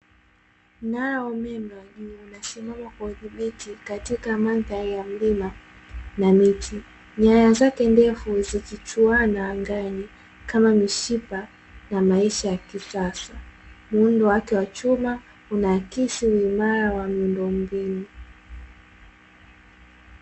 Mnara wa umeme wa juu umesimama kwa udhibiti katika mandhari ya mlima na miti, nyaya zake ndefu zikichuana angani kama mishipa na maisha ya kisasa, muundo wake wa chuma unaakisi uimara wa miundombinu.